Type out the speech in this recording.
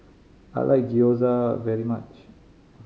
I like Gyoza very much